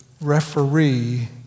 referee